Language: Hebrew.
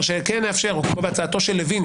המדויקת שאתה מדבר עליה,